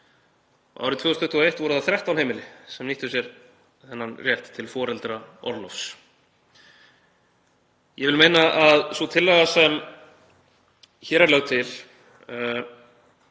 Árið 2021 voru það 13 heimili sem nýttu sér þennan rétt til foreldraorlofs. Ég vil meina að sú tillaga sem hér er lögð til